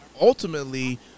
ultimately